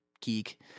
geek